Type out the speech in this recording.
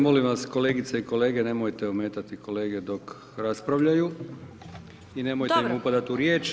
Molim vas kolegice i kolege nemojte ometati kolege dok raspravljaju i nemojte im upadati u riječ.